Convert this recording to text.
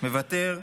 מוותר,